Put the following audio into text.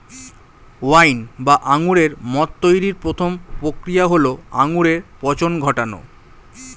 wine বা আঙুরের মদ তৈরির প্রথম প্রক্রিয়া হল আঙুরে পচন ঘটানো